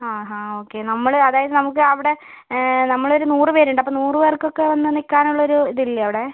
ആ ഹാ ഓക്കെ നമ്മൾ അതായത് നമുക്ക് അവിടെ നമ്മളൊരു നൂറ് പേരുണ്ട് അപ്പോൾ നൂറ് പേർക്കൊക്കെ വന്ന് നിൽക്കാനുള്ളൊരു ഇതില്ലേ അവിടെ